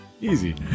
Easy